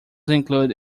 include